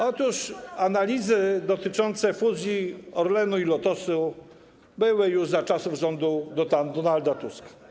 Otóż analizy dotyczące fuzji Orlenu i Lotosu były już za czasów rządu Donalda Tuska.